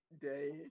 day